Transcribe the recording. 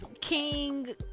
King